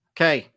Okay